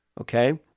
Okay